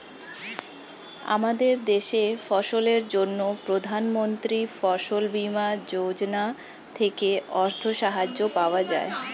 আমাদের দেশে ফসলের জন্য প্রধানমন্ত্রী ফসল বীমা যোজনা থেকে অর্থ সাহায্য পাওয়া যায়